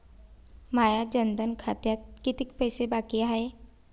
माया जनधन खात्यात कितीक पैसे बाकी हाय?